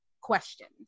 questions